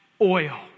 oil